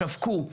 שבקו,